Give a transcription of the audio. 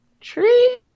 Tree